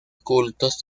cultos